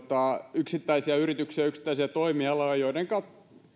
yksittäisiä yrityksiä ja yksittäisiä toimialoja joidenka